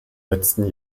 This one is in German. letzten